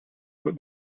but